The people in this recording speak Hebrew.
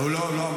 הוא לא אמר.